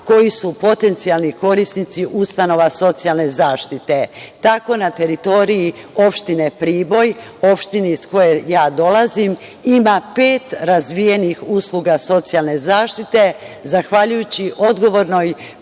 koji su potencijalni korisnici ustanova socijalne zaštite. Tako na teritoriji opštine Priboj, opštine iz koje ja dolazim ima pet razvijenih usluga socijalne zaštite zahvaljujući odgovornoj